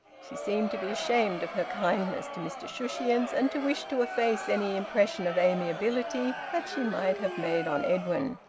she seemed to be ashamed of her kindness to mr shushions, and to wish to efface any impression of amiability that she might have made on edwin.